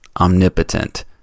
omnipotent